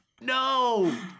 No